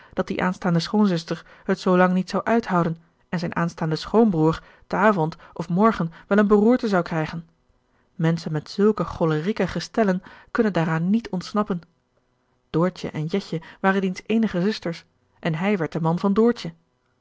dat die aanstaande schoonzuster het zoo lang niet zou uithouden en zijn aanstaande schoonbroer te avond of morgen wel een beroerte zou krijgen menschen met zulke cholerieke gestellen kunnen daaraan niet ontsnappen doortje en jetje waren diens eenige zusters en hij werd de man van doortje